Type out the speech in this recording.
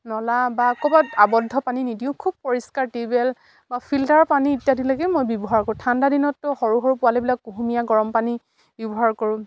নলা বা ক'ৰবাত আৱদ্ধ পানী নিদিওঁ খুব পৰিষ্কাৰ টিউবৱেল বা ফিল্টাৰৰ পানী ইত্যাদিলৈকে মই ব্যৱহাৰ কৰোঁ ঠাণ্ডা দিনতো সৰু সৰু পোৱালবিলাকক কুহুমীয়া গৰম পানী ব্যৱহাৰ কৰোঁ